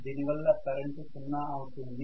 దీని వల్ల కరెంటు 0 అవుతుంది